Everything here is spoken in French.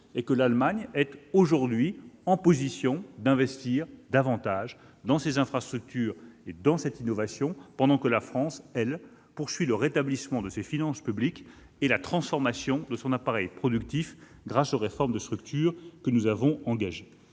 ! Nous estimons qu'aujourd'hui l'Allemagne peut investir davantage dans ses infrastructures et dans l'innovation, pendant que la France poursuit le rétablissement de ses finances publiques et la transformation de son appareil productif grâce aux réformes de structure que nous avons engagées.